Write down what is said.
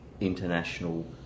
international